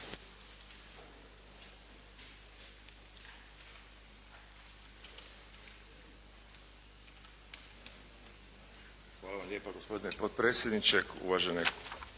Hvala vam lijepo gospodine potpredsjedniče. **Šeks,